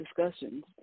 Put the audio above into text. discussions